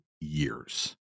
years